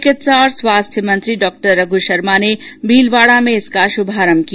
चिकित्सा और स्वास्थ्य मंत्री डॉ रघ् शर्मा भीलवाड़ा में इस का शुभारंभ किया